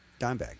Dimebag